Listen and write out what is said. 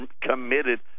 committed